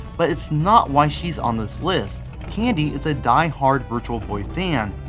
but it's not why she's on this list. candi is a die-hard virtual boy fan.